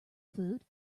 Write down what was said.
food